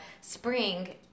spring